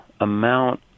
amount